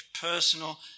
personal